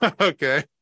Okay